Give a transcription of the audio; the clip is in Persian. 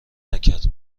نکرد